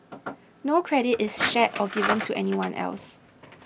no credit is shared or given to anyone else